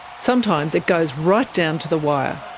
sometimes it goes right down to the wire.